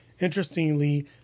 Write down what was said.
interestingly